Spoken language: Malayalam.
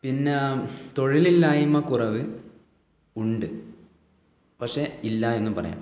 പിന്നെ തൊഴിലില്ലായ്മ കുറവ് ഉണ്ട് പക്ഷേ ഇല്ല എന്നും പറയാം